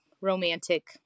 romantic